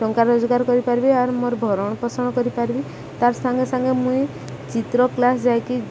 ଟଙ୍କା ରୋଜଗାର କରିପାରିବି ଆର୍ ମୋର ଭରଣ ପୋଷଣ କରିପାରିବି ତାର୍ ସାଙ୍ଗେ ସାଙ୍ଗେ ମୁଇଁ ଚିତ୍ର କ୍ଲାସ୍ ଯାଇକି